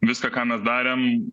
viską ką mes darėm